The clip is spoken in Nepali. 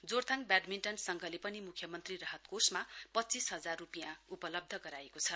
जोरथाङ व्याडमिण्डन संघले पनि मुख्यमन्त्री राहत कोषमा पञ्चीस हजार रुपियाँ उपलब्ध गराएको छ